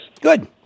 Good